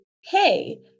hey